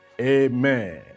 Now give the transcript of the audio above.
Amen